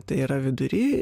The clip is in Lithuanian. tai yra vidury